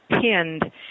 pinned